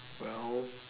well